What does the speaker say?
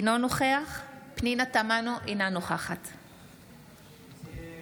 אינו נוכח פנינה תמנו, אינה האם